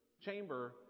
chamber